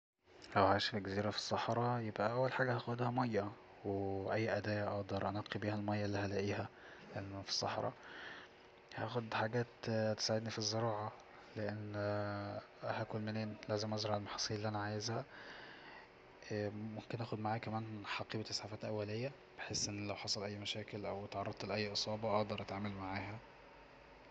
لو هعيش في جزيرة في الصحرا يبقا اول حاجة هاخدها ميه واي أداة اقدر انقي بيها الميه اللي هلاقيها لاني في الصحرا هاخد حاجات تساعدني في الزراعة لأن هاكل منين لازم ازرع المحاصيل اللي انا عايزها ممكن اخد معايا كمان حقيبة اسعافات أولية بحيث أن لو حصل أي مشاكل او اتعرضت لأي إصابة اقدر اتعامل معاها